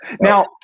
Now